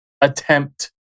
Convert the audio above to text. attempt